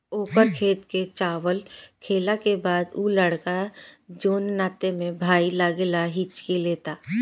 ओकर खेत के चावल खैला के बाद उ लड़का जोन नाते में भाई लागेला हिच्की लेता